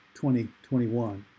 2021